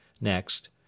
next